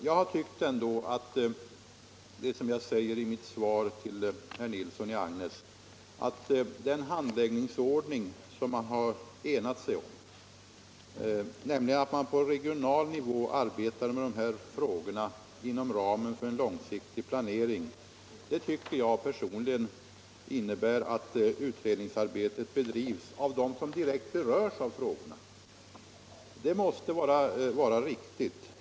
Jag anser ändå, som jag säger i mitt svar till herr Nilsson i Agnäs, att den handläggningsordning som man har enats om måste vara riktig, nämligen att utredningsarbetet bedrivs på regional nivå inom ramen för en långsiktig planering av frågorna.